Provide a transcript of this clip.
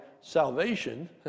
salvation